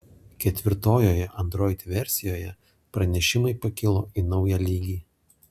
ketvirtojoje android versijoje pranešimai pakilo į naują lygį